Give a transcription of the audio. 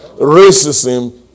Racism